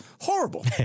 horrible